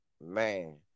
Man